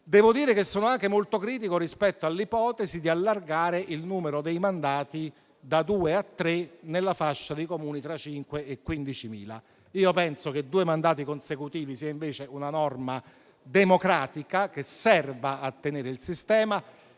Devo dire che sono anche molto critico rispetto all'ipotesi di allargare il numero dei mandati da due a tre nella fascia di Comuni tra 5.000 e 15.000 abitanti. Penso che due mandati consecutivi sia invece una norma democratica che serva a tenere il sistema.